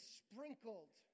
sprinkled